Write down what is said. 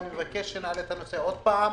מבקש להעלות את הנושא עוד פעם.